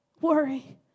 worry